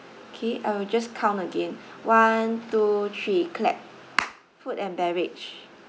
okay I will just count again one two three clap food and beverage